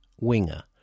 Winger